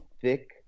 thick